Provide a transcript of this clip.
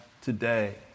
today